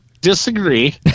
disagree